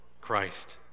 Christ